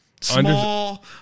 small